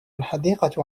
الحديقة